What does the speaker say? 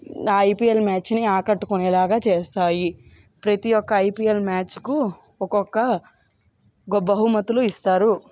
IPL మ్యాచ్కి ఆకట్టుకునేలాగా చేస్తాయి ప్రతి ఒక్క ఐపీఎల్ మ్యాచ్కు ఒక్కొక్క బహుమతులు ఇస్తారు